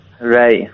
Right